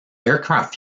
aircraft